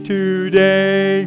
today